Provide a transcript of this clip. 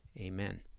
amen